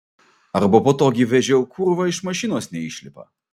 arba po to gi vežiau kurva iš mašinos neišlipa